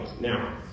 Now